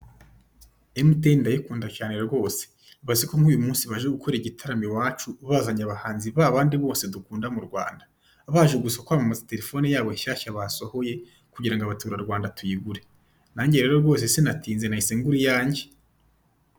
Emutiyeni ndayikunda cyane rwose! Ibaze ko nk'uyu munsi baje gukorera igitaramo iwacu, bazanye abahanzi ba bandi bose dukunda mu Rwanda, baje gusa kwamamaza telefoni yabo nshyashya basohoye, kugira ngo abaturwanda tuyigure. Nanjye rero rwose sinatinze nahise ngura iyanjye!